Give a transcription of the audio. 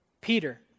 Peter